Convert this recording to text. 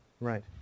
right